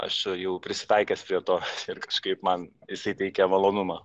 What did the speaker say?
aš jau prisitaikęs prie to ir kažkaip man jisai teikia malonumą